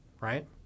right